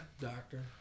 doctor